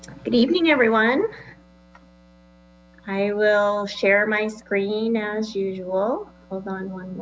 good evening everyone i will share my screen as usual hold on one